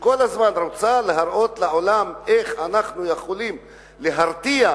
שכל הזמן רוצה להראות לעולם איך אנחנו יכולים להרתיע,